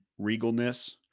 regalness